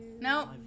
No